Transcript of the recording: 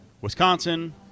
Wisconsin